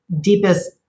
deepest